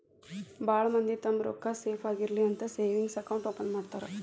ಭಾಳ್ ಮಂದಿ ತಮ್ಮ್ ರೊಕ್ಕಾ ಸೇಫ್ ಆಗಿರ್ಲಿ ಅಂತ ಸೇವಿಂಗ್ಸ್ ಅಕೌಂಟ್ ಓಪನ್ ಮಾಡ್ತಾರಾ